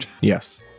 Yes